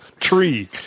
tree